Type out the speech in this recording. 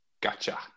Gotcha